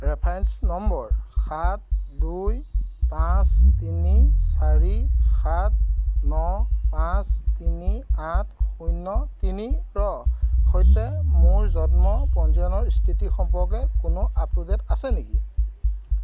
reference number সাত দুই পাঁচ তিনি চাৰি সাত ন পাঁচ তিনি আঠ শূন্য তিনি ত সৈতে মোৰ জন্ম পঞ্জীয়নৰ স্থিতি সম্পৰ্কে কোনো আপ টু ডে'ট আছে নেকি